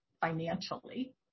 financially